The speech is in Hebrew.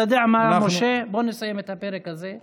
אתה יודע מה, משה, בוא נסיים את הפרק הזה.